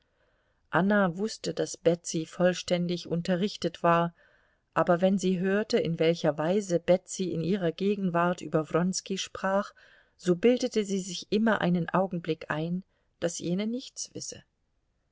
anna wußte daß betsy vollständig unterrichtet war aber wenn sie hörte in welcher weise betsy in ihrer gegenwart über wronski sprach so bildete sie sich immer einen augenblick ein daß jene nichts wisse